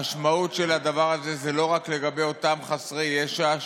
המשמעות של הדבר הזה היא לא רק לגבי אותם חסרי ישע,